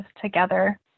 together